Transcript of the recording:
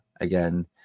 again